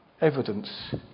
Evidence